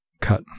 Cut